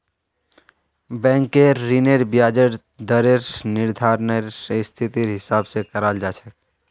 बैंकेर ऋनेर ब्याजेर दरेर निर्धानरेर स्थितिर हिसाब स कराल जा छेक